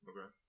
Okay